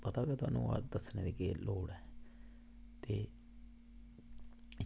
पता ऐ थाह्नूं दस्सने दी केह् लोड़ ऐ